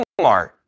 Walmart